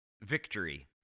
Victory